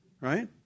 Right